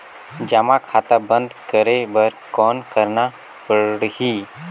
जमा खाता बंद करे बर कौन करना पड़ही?